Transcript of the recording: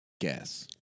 Guess